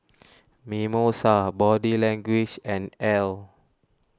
Mimosa Body Language and Elle